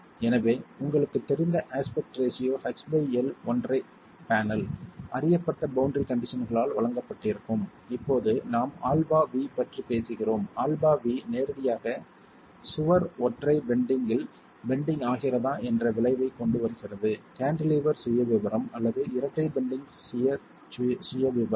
எனவே உங்களுக்குத் தெரிந்த aspect ratio h by l ஒற்றைப் பேனல் அறியப்பட்ட பௌண்டரி கண்டிஷன்களால் வழங்கப்பட்டிருக்கும் இப்போது நாம் αv பற்றிப் பேசுகிறோம் αv நேரடியாக சுவர் ஒற்றை பெண்டிங்கில் பெண்டிங் ஆகிறதா என்ற விளைவைக் கொண்டுவருகிறது கேன்டிலீவர் சுயவிவரம் அல்லது இரட்டை பெண்டிங் சியர் சுயவிவரம்